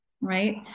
right